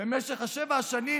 במשך שבע השנים,